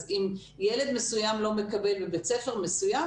אז אם ילד מסוים לא מקבל בבית ספר מסוים,